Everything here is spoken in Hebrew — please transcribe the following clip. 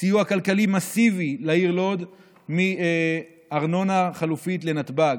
סיוע כלכלי מסיבי לעיר לוד מארנונה חלופית לנתב"ג.